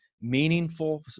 meaningful